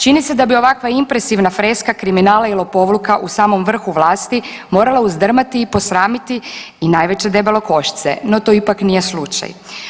Čini se da bi ovakva impresivna freska kriminala i lopovluka u samom vrhu vlasti morala uzdrmati i posramiti i najveće debelokošce no to ipak nije slučaj.